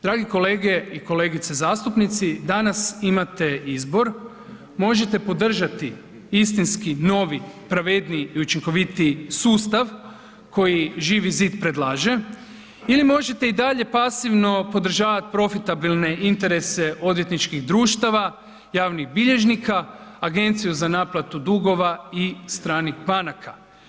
Dragi kolege i kolegice zastupnici, danas imate izbor, možete podržati istinski, novi, pravedniji i učinkovitiji sustav koji Živi zid predlaže ili možete i dalje pasivno podržavat profitabilne interese odvjetničkih društava, javnih bilježnika, agenciju za naplatu dugova i stranih banaka.